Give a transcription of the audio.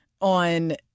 on